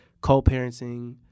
co-parenting